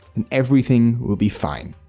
and everything will be fine.